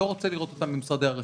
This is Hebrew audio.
אני לא רוצה לראות אותם במשרדי הרשות,